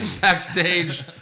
Backstage